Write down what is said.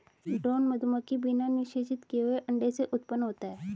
drone मधुमक्खी बिना निषेचित किए हुए अंडे से उत्पन्न होता है